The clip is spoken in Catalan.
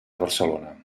barcelona